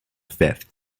fifth